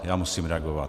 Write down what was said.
Já musím reagovat.